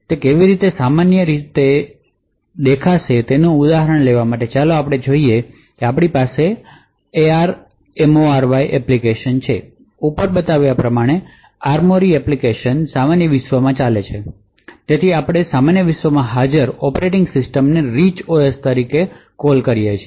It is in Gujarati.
તે કેવી રીતે સામાન્ય રીતે દેખાશે તેનું ઉદાહરણ લેવા માટે ચાલો આપણે કહીએ કે આપણી પાસે ARMORY એપ્લિકેશન છે ઉપર બતાવ્યા પ્રમાણે ARMORY એપ્લિકેશન સામાન્ય વિશ્વમાં ચાલે છે તેથી આપણે સામાન્ય વિશ્વમાં હાજર ઑપરેટિંગ સિસ્ટમ ને રિચ ઓએસ તરીકે કોલ કરીએ છીએ